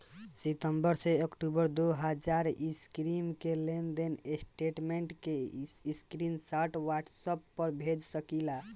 सितंबर से अक्टूबर दो हज़ार इक्कीस के लेनदेन स्टेटमेंट के स्क्रीनशाट व्हाट्सएप पर भेज सकीला?